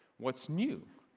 what's new,